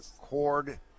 Cord